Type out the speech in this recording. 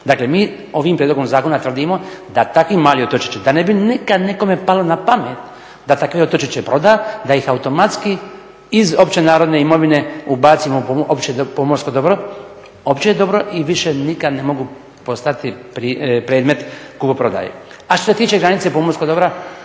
Dakle, mi ovim prijedlogom zakona tvrdimo da takvi mali otočići, da ne bi nekad nekome palo na pamet da takve otočiće proda, da ih automatski iz opće narodne imovine ubacimo u opće pomorsko dobro, opće dobro i više nikad ne mogu postati predmet kupoprodaje. A što se tiče granice pomorskog dobra,